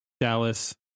Dallas